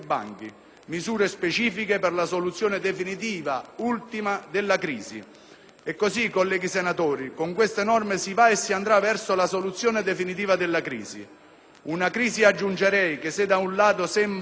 misure specifiche per la soluzione definitiva, ultima, della crisi. E così, colleghi senatori, con queste norme si va e si andrà verso la soluzione definitiva della crisi. Una crisi, aggiungerei, che se da un lato sembra